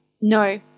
No